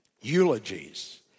Eulogies